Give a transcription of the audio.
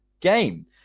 game